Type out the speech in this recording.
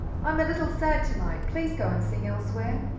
i'm a little sad to-night, please go and sing elsewhere.